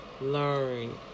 learn